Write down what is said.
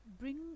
bring